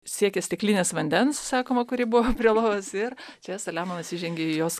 siekė stiklinės vandens sakoma kuri buvo prie lovos ir čia saliamonas įžengė į jos